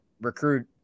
recruit